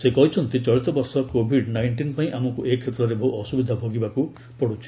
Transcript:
ସେ କହିଛନ୍ତି ଚଳିତବର୍ଷ କୋଭିଡ୍ ନାଇଷ୍ଟିନ୍ ପାଇଁ ଆମକୁ ଏ କ୍ଷେତ୍ରରେ ବହୁ ଅସୁବିଧା ଭୋଗକରିବାକୁ ପଡୁଛି